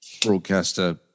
broadcaster